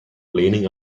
leaning